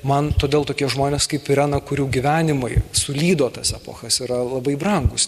man todėl tokie žmonės kaip irena kurių gyvenimai sulydo tas epochas yra labai brangūs